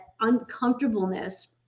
uncomfortableness